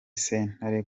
sentare